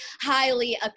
highly